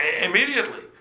immediately